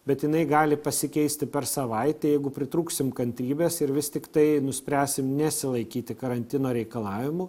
bet jinai gali pasikeisti per savaitę jeigu pritrūksim kantrybės ir vis tiktai nuspręsim nesilaikyti karantino reikalavimų